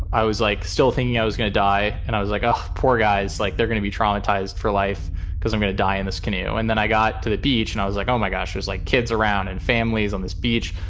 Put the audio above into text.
i was like, still thinking i was going to die. and i was like, a poor guy's like, they're going to be traumatized for life because i'm going to die in this canoe. and then i got to the beach and i was like, oh, my gosh, it's like kids around and families on this beach.